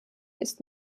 ist